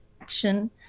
action